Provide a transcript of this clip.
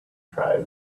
tribes